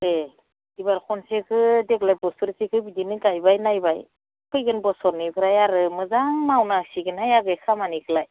ए बेबार खनसेखौ देग्लाय बोसोरसेखौ बिदिनो गायबाय नायबाय फैगोन बोसोरनिफ्राय आरो मोजां मावनांसिगोनहाय आगै खामानिखौलाय